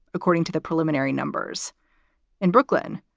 according to the preliminary numbers in brooklyn,